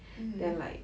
mm